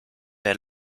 der